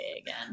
again